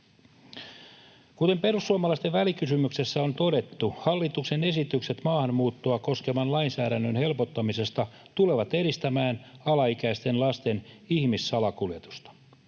Kuten perussuomalaisten välikysymyksessä on todettu, hallituksen esitykset maahanmuuttoa koskevan lainsäädännön helpottamisesta tulevat edistämään alaikäisten lasten ihmissalakuljetusta,